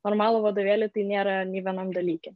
normalų vadovėlį tai nėra nei vienam dalyke